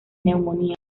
neumonía